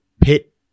pit